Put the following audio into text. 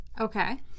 Okay